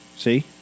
See